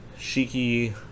Shiki